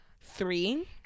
Three